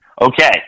Okay